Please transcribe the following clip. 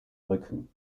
rücken